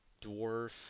dwarf